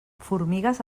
formigues